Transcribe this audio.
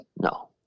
no